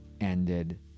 ended